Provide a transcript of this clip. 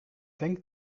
denk